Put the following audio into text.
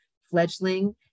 fledgling